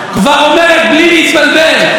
כבר אומרת בלי להתבלבל: